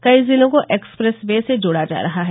कई जिलों को एक्सप्रेस वे से जोड़ा जा रहा है